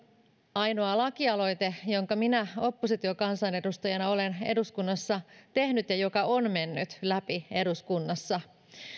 ainoa lakialoite jonka minä oppositiokansanedustajana olen eduskunnassa tehnyt ja joka on mennyt läpi eduskunnassa